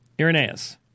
Irenaeus